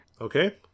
Okay